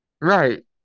Right